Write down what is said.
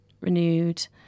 renewed